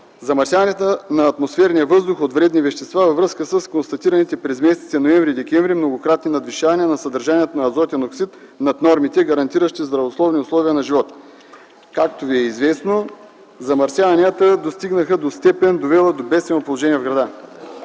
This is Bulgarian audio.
замърсяванията на атмосферния въздух от вредни вещества във връзка с констатираните през месеците ноември и декември многократни надвишавания на съдържанието на азотен оксид над нормите, гарантиращи здравословни условия на живот. Както Ви е известно, замърсяванията достигнаха до степен, довела до бедствено положение в града.